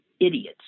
idiots